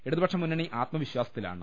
ഇടതുപക്ഷമുന്നണി ആത്മവിശ്വാസത്തിലാണ്